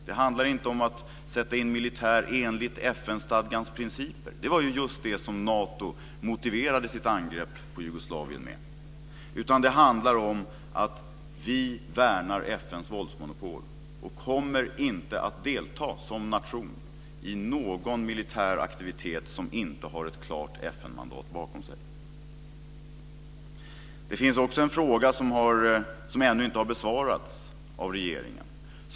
Det handlar inte om att sätta in militär enligt FN-stadgans principer. Det var ju just det som Nato motiverade sitt angrepp på Jugoslavien med. Det handlar om att vi värnar FN:s våldsmonopol och inte kommer att delta som nation i någon militär aktivitet som inte har ett klart FN-mandat bakom sig. Det finns också en fråga som ännu inte har besvarats av regeringen.